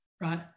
right